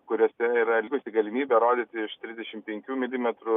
kuriose yra likusi galimybė rodyti virš trisdešimt penkių milimetrų